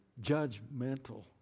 judgmental